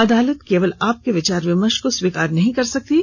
अदालत केवल आपके विचार विमर्श को स्वीकार नहीं कर सकती है